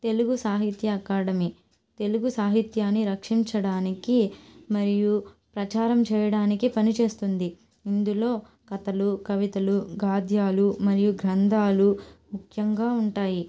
తెలుగు సాహిత్య అకాడమీ తెలుగు సాహిత్యాన్ని రక్షించడానికి మరియు ప్రచారం చేయడానికి పనిచేస్తుంది ఇందులో కథలు కవితలు గాద్యాలు మరియు గ్రంధాలు ముఖ్యంగా ఉంటాయి